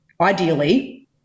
ideally